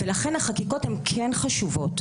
ולכן החקיקות הן כן חשובות.